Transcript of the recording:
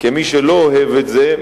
כמי שלא אוהב את זה,